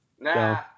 Nah